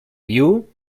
view